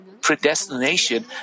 predestination